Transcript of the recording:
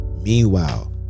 meanwhile